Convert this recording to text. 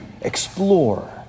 explore